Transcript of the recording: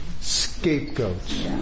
scapegoats